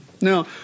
Now